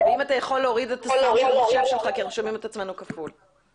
אני מבקשת להבין מה המצב שם במט"ש הזה,